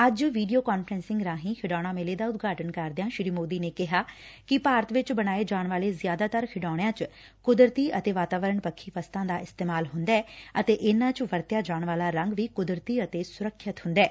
ੱਜ video conferencing ਰਾਹੀ ਖਿਡੌਣਾ ਮੇਲੇ ਦਾ ਉਦਘਾਟਨ ਕਰਦਿਆਂ ਸ੍ਰੀ ਮੋਦੀ ਨੇ ਕਿਹਾ ਕਿ ਭਾਰਤ ਵਿਚ ਬਣਾਏ ਜਾਣ ਵਾਲੇ ਜ਼ਿਆਦਾਤਰ ਖਿਡੌਣਿਆਂ ਚ ਕੁਦਰਤੀ ਅਤੇ ਵਾਤਾਵਰਨ ਪੱਖੀ ਵਸਤਾਂ ਦਾ ਇਸਤੇਮਾਲ ਹੁੰਦੈ ਅਤੇ ਇਨ੍ਨਾਂ ਚ ਵਰਤਿਆਂ ਜਾਣ ਵਾਲਾ ਰੰਗ ਵੀ ਕੁਦਰਤੀ ਅਤੇ ਸੁਰੱਖਿਅਤ ਹੁੰਦੈ